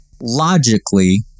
logically